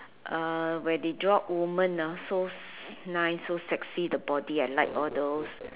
uh where they draw women ah so s~ nice so sexy the body I like all those